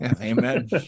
Amen